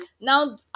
now